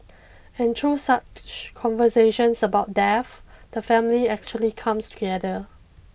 and through such conversations about death the family actually comes together